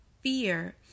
fear